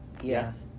Yes